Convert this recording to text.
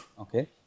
Okay